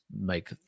make